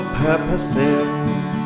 purposes